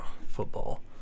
football